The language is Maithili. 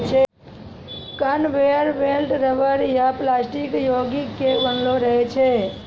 कनवेयर बेल्ट रबर या प्लास्टिक योगिक के बनलो रहै छै